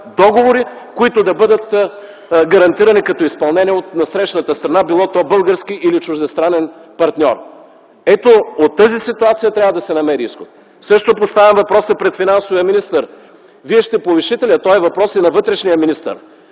които да бъдат гарантирани като изпълнение от насрещната страна, било то български или чуждестранен партньор. Ето от тази ситуация трябва да се намери изход. Също поставям въпроса пред финансовия министър – а то е въпрос и към вътрешния министър